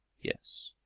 yes,